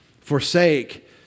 Forsake